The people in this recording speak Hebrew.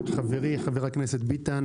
חברִי חבר הכנסת ביטן,